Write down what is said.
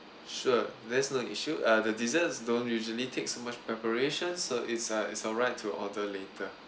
sure that's not issue uh the desserts don't usually take so much preparation so it's uh it's all right to order later